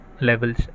levels